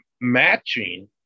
matching